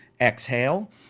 exhale